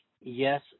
yes